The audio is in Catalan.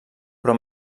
però